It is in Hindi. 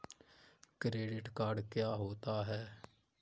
क्रेडिट कार्ड क्या होता है?